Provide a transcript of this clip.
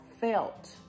felt